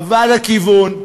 אבד הכיוון,